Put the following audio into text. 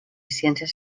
ciències